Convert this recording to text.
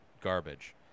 garbage